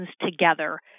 together